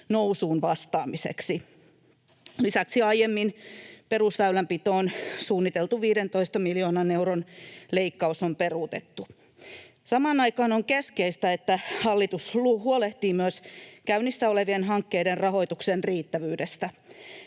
nousuun vastaamiseksi. Lisäksi aiemmin perusväylänpitoon suunniteltu 15 miljoonan euron leikkaus on peruutettu. Samaan aikaan on keskeistä, että hallitus huolehtii myös käynnissä olevien hankkeiden rahoituksen riittävyydestä.